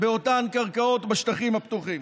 באותן קרקעות בשטחים הפתוחים.